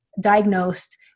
diagnosed